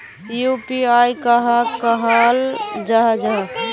UPI कहाक कहाल जाहा जाहा?